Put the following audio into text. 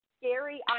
scary